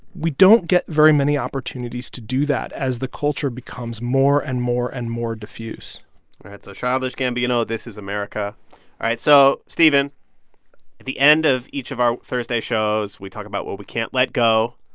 we don't get very many opportunities to do that as the culture becomes more and more and more diffuse all right, so childish gambino, this is america. all right. so stephen, at the end of each of our thursday shows, we talk about what we can't let go.